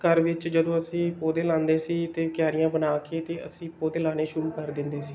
ਘਰ ਵਿੱਚ ਜਦੋਂ ਅਸੀਂ ਪੌਦੇ ਲਾਉਂਦੇ ਸੀ ਅਤੇ ਕਿਆਰੀਆਂ ਬਣਾ ਕੇ ਅਤੇ ਅਸੀਂ ਪੌਦੇ ਲਾਉਣੇ ਸ਼ੁਰੂ ਕਰ ਦਿੰਦੇ ਸੀ